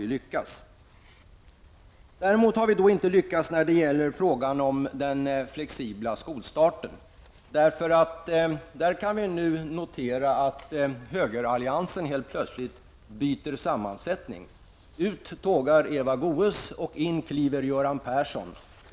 Vi har däremot inte lyckats när det gäller frågan om den flexibla skolstarten. Vi kan där notera att högeralliansen helt plötsligt byter sammansättning. Ut tågar Eva Goe s och in kliver Göran Persson.